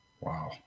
Wow